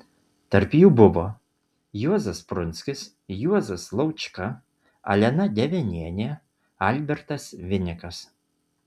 tarp jų buvo juozas prunskis juozas laučka alena devenienė albertas vinikas